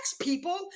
people